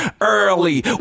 early